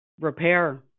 repair